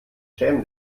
schäme